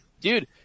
Dude